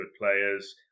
players